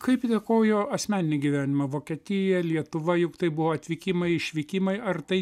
kaip įtakojo asmeninį gyvenimą vokietija lietuva juk tai buvo atvykimai išvykimai ar tai